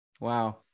wow